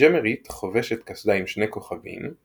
הג'אמרית חובשת קסדה עם שני כוכבים,